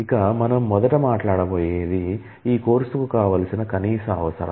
ఇక మనం మొదట మాట్లాడబోయేది ఈ కోర్సు కి కావాల్సిన కనీస అవసరాలు